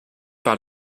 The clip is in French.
par